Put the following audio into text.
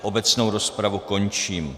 Obecnou rozpravu končím.